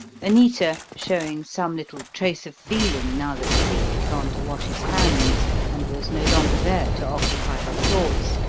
anita, showing some little trace of feeling now that cleek had gone to wash his hands and was no longer there to occupy her thoughts,